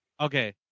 Okay